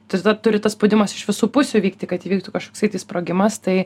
tada turi tas spaudimas iš visų pusių vykti kad įvyktų kažkoks sprogimas tai